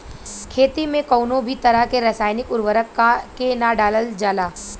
खेती में कउनो भी तरह के रासायनिक उर्वरक के ना डालल जाला